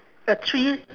a three